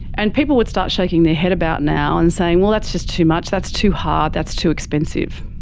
and people would start shaking their head about now and saying, well, that's just too much, that's too hard, that's too expensive,